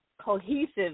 cohesive